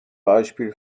beispiel